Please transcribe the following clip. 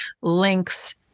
links